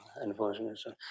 unfortunately